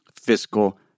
fiscal